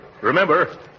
Remember